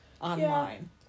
online